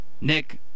Nick